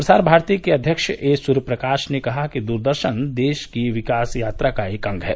प्रसार भारती के अध्यक्ष ए सूर्य प्रकाश ने कहा कि दूरदर्शन देश की विकास यात्रा का एक अंग है